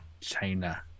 China